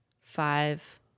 five